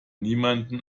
niemanden